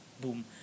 boom